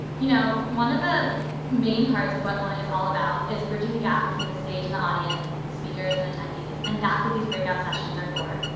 you know, one of the main parts of what own it is all about is bridging the gap between the stage and the audience, speakers and attendees and that's what these breakout sessions are for.